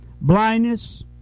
blindness